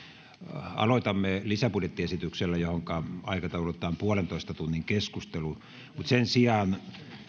aloitamme lisäbudjettiesityksellä johon aikataulutetaan puolentoista tunnin keskustelu mutta sen sijaan